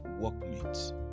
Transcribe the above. workmates